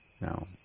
Now